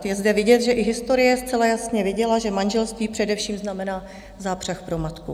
Je zde vidět, že i historie zcela jasně viděla, že manželství především znamená zápřah pro matku.